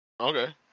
Okay